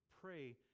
pray